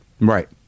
Right